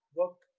work